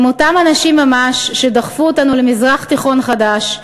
אותם אנשים ממש שדחפו אותנו למזרח תיכון חדש,